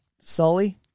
Sully